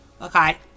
okay